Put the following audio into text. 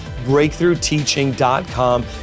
BreakthroughTeaching.com